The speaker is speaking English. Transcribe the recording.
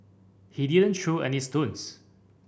he didn't throw any stones